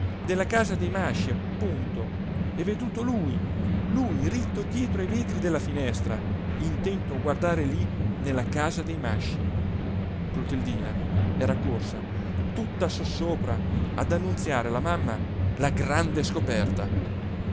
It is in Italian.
della casa dei masci appunto e veduto lui lui ritto dietro ai vetri della finestra intento a guardare lí nella casa dei masci clotildina era corsa tutta sossopra ad annunziare alla mamma la grande scoperta